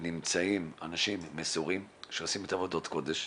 שנמצאים אנשים מסורים שעושים עבודת קודש,